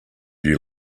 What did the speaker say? you